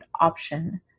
option